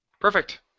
Perfect